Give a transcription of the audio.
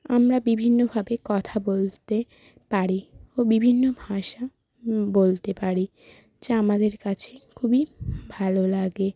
আমরা বিভিন্নভাবে কথা বলতে পারি ও বিভিন্ন ভাষা বলতে পারি যা আমাদের কাছে খুবই ভালো লাগে